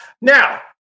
Now